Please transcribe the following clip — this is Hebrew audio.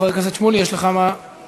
חבר הכנסת שמולי, יש לך מה להגיב?